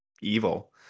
evil